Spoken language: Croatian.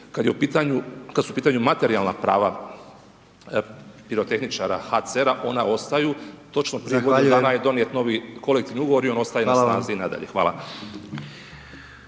kada su u pitanju materijalna prava pirotehničkara HCR-a ona ostaju. Točno prije godinu dana je donijet novi kolektivni ugovor i on ostaje na snazi i dalje. Hvala.